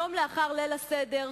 יום לאחר ליל הסדר,